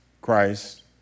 Christ